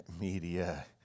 Media